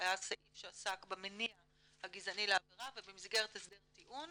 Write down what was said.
סעיף שעסק במניע הגזעני לעבירה ובמסגרת הסדר טיעון